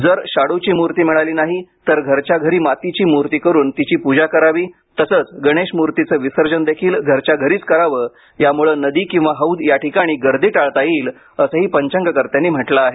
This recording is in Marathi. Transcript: जर शाडूची मूर्ती मिळाली नाही तर घरच्या घरी मातीची मूर्ती करून तिची पूजा करावी तसंच गणेश मूर्तीचे विसर्जनदेखील घरच्या घरीच करावे यामुळे नदी किंवा हौद या ठिकाणची गर्दी टाळता येईल असंही पंचांगकर्त्यांनी म्हटलं आहे